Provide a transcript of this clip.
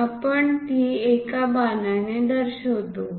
आपण ती एका बाणाने दर्शवितो